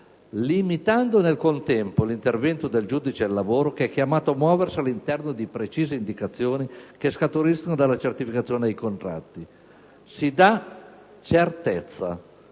limitando nel contempo l'intervento del giudice del lavoro, che è chiamato a muoversi all'interno di precise indicazioni che scaturiscono dalla certificazione dei contratti. Si dà certezza: